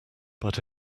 but